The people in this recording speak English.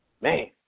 Man